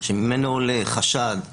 שממנו עולה חשד לרשלנות,